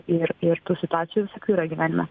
ir ir tų situacijų visokių yra gyvenime